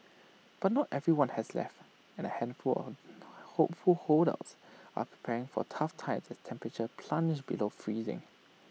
but not everyone has left and A handful on hopeful holdouts are preparing for tough times as temperatures plunge below freezing